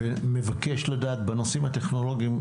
אני מבקש לדעת בנושאים הטכנולוגיים,